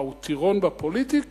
מה, הוא טירון בפוליטיקה?